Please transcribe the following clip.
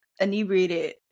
inebriated